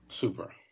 super